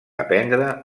aprendre